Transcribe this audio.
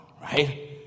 right